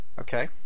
Okay